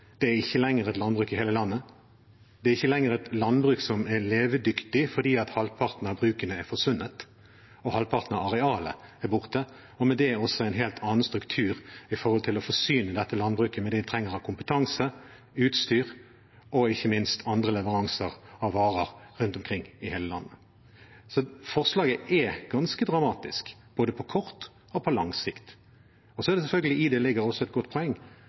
Det er ikke lenger et landbruk i hele landet. Det er ikke lenger et landbruk som er levedyktig, fordi halvparten av brukene er forsvunnet, og halvparten av arealet er borte. Med det er det også en helt annen struktur når det gjelder å forsyne dette landbruket med det de trenger av kompetanse, utstyr og ikke minst andre leveranser av varer rundt omkring i hele landet. Så forslaget er ganske dramatisk, både på kort og på lang sikt. I det ligger det selvfølgelig også et godt poeng,